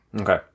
Okay